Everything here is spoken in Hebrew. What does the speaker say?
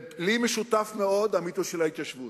לי משותף מאוד המיתוס של ההתיישבות,